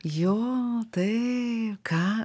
jo taip ką